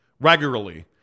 regularly